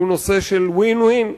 שהוא נושא של win-win: